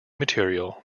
material